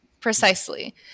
Precisely